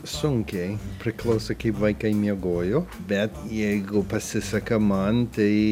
sunkiai priklauso kaip vaikai miegojo bet jeigu pasiseka man tai